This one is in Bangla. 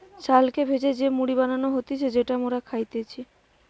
চালকে ভেজে যে মুড়ি বানানো হতিছে যেটা মোরা খাইতেছি